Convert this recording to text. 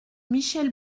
michel